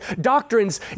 doctrines